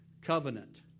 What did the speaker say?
covenant